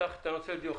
נפתח את הנושא לדיון.